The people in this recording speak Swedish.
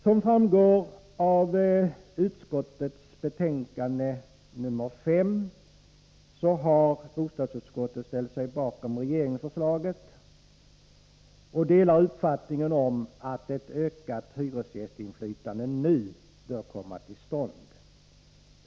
Som framgår av utskottets betänkande nr 5 har bostadsutskottet ställt sig bakom regeringsförslaget och delar uppfattningen att ett ökat hyresgästinflytande nu bör komma till stånd.